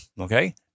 Okay